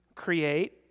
create